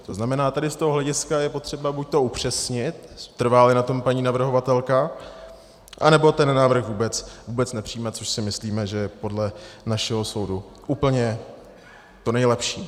To znamená, tady z toho hlediska je potřeba buď upřesnit, trváli na tom paní navrhovatelka, anebo ten návrh vůbec nepřijímat, což si myslíme, že je podle našeho soudu úplně to nejlepší.